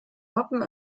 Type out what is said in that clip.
wappen